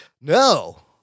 No